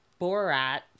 Borat